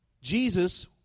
Jesus